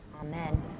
Amen